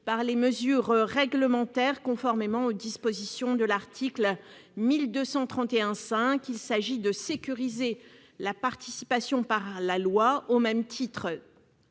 par les mesures réglementaires, conformément aux dispositions de l'article L. 1231-5. Il s'agit de sécuriser la participation par la loi, au même titre